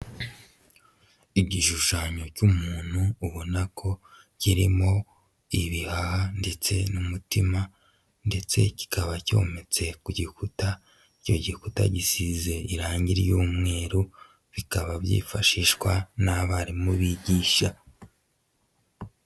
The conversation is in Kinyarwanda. Igishushanyo cy'umuntu ubona ko kirimo ibihaha ndetse n'umutima ndetse kikaba cyometse ku gikuta, icyo gikuta gisize irangi ry'umweru bikaba byifashishwa n'abarimu bigisha.